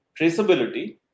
traceability